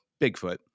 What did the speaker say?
Bigfoot